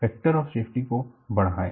factor of safety को बढ़ाएं